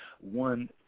one